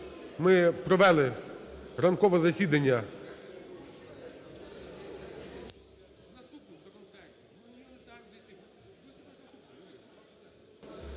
ми провели ранкове засідання…